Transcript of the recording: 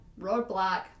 roadblock